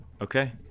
Okay